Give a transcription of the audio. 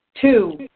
Two